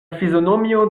fizionomio